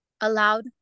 allowed